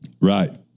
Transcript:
Right